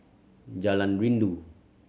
Jalan Rindu